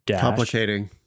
Complicating